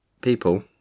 people